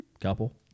couple